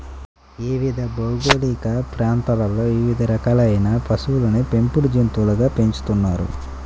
వివిధ భౌగోళిక ప్రాంతాలలో వివిధ రకాలైన పశువులను పెంపుడు జంతువులుగా పెంచుతున్నారు